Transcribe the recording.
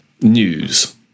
news